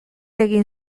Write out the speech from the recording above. egin